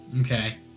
Okay